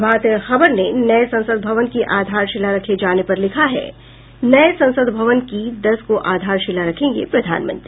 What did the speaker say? प्रभात खबर ने नये संसद भवन की आधारशिला रखे जाने पर लिखा है नये संसद भवन की दस को आधारशिला रखेंगे प्रधानमंत्री